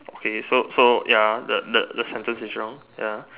okay so so ya the the the sentence is wrong ya